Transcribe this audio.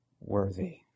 worthy